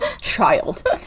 child